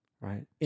Right